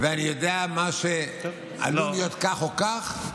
אני יודע שעלול להיות כך או כך,